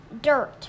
dirt